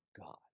God